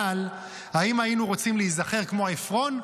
אבל האם היינו רוצים להיזכר כמו עפרון?